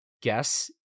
guess